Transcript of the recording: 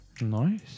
Nice